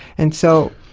and so,